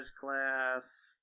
class